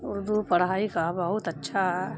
اردو پڑھائی کا بہت اچھا